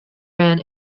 ran